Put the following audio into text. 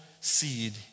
seed